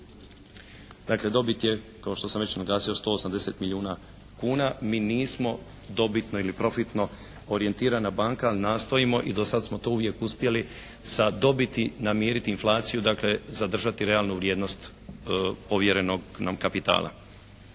Dakle, dobit je kao što sam već naglasio 180 milijuna kuna. Mi nismo dobitno ili profitno orijentirana banka, ali nastojimo i dosad smo to uvijek uspjeli sa dobiti namiriti inflaciju dakle, zadržati realnu vrijednost povjerenog nam kapitala.